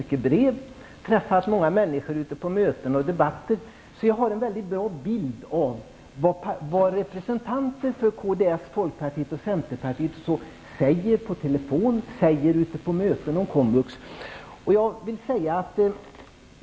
Dessutom har jag träffat många människor ute på möten och debatter. Därför har jag en mycket klar bild av vad representanter för kds, folkpartiet och centern förespråkar vid olika möten om komvux.